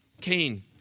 Cain